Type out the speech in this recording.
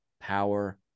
Power